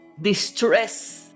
distress